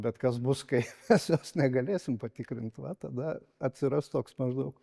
bet kas bus kai mes jos negalėsim patikrint va tada atsiras toks maždaug